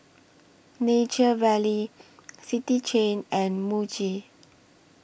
Nature Valley City Chain and Muji